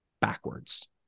backwards